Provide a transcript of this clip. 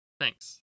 Thanks